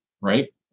right